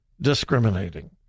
discriminating